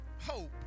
hope